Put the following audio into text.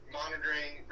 monitoring